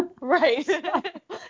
Right